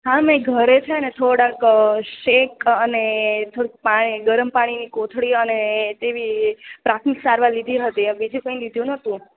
હા મેં ઘરે છે ને થોડાક શેક અને થોડુંક ગરમ પાણીની કોથળી અને તેવી પ્રાથમિક સારવાર લીધી હતી એમ બીજું કાઈ લીધું નતું